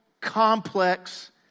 complex